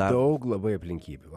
daug labai aplinkybių